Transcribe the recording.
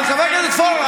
אבל חבר הכנסת פורר,